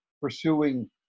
pursuing